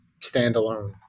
standalone